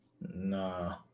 Nah